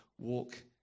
walk